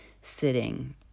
sitting